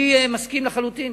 אני מסכים לחלוטין,